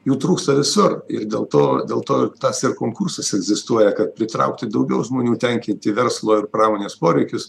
jų trūksta visur ir dėl to dėl to ir tas ir konkursas egzistuoja kad pritraukti daugiau žmonių tenkinti verslo ir pramonės poreikius